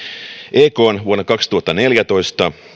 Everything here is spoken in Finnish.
ekn vuonna kaksituhattaneljätoista